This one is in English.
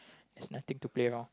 there's nothing to play around